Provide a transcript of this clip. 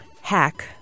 hack